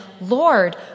Lord